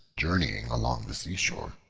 journeying along the seashore,